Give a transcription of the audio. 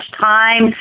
time